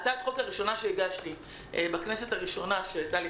הצעת החוק הראשונה שהגשתי בכנסת הראשונה שבה הייתי חברה,